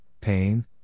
pain